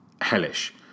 hellish